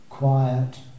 quiet